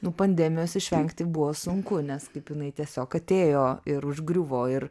nu pandemijos išvengti buvo sunku nes kaip jinai tiesiog atėjo ir užgriuvo ir